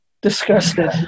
Disgusted